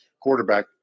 quarterback